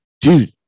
dude